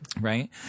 right